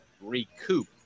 recoup